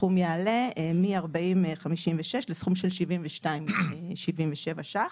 הסכום יעלה מ-40.56 ₪ לסכום של 72.77 ₪.